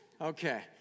Okay